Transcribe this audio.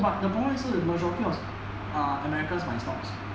but the problem 是 majority of ah americans 买 stocks